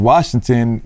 Washington